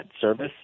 service